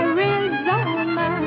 Arizona